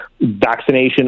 vaccination